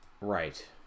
right